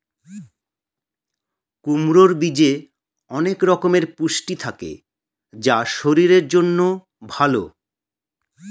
কুমড়োর বীজে অনেক রকমের পুষ্টি থাকে যা শরীরের জন্য ভালো